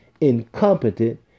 incompetent